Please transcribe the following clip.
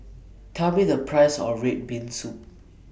Tell Me The Price of Red Bean Soup